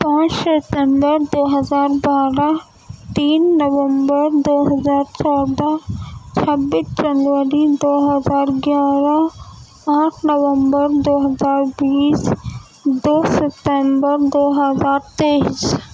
پانچ ستمبر دو ہزار بارہ تین نومبر دو ہزار چودہ چھبیس جنوری دو ہزار گیارہ آٹھ نومبر دو ہزار بیس دو ستمبر دو ہزار تیئیس